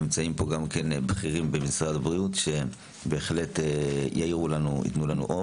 נמצאים כאן גם בכירים במשרד הבריאות שבהחלט יאירו לנו.